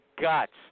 guts